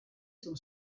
son